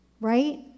right